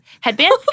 headband